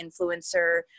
influencer